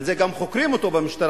על זה גם חוקרים אותו במשטרה.